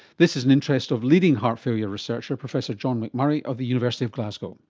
this is an interest of leading heart failure researcher professor john mcmurray of the university of glasgow.